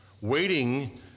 Waiting